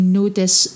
notice